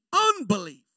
unbelief